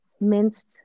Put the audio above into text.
minced